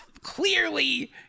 clearly